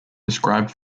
prescribed